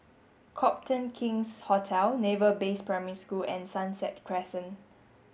Copthorne King's Hotel Naval Base Primary School and Sunset Crescent